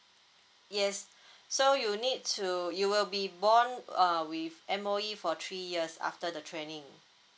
yes so you need to you will be bond err with M_O_E for three years after the training